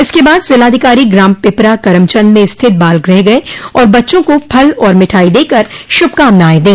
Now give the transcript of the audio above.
इसके बाद जिलाधिकारी ग्राम पिपरा करमचन्द में स्थित बालगृह गये और बच्चों को फल व मिठाई देकर श्भकामनाएं दी